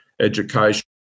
education